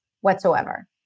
whatsoever